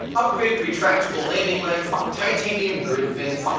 upgraded retractable landing legs, titanium grid fins,